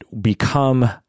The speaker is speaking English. become